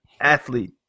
athlete